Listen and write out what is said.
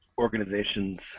organization's